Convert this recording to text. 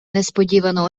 несподівано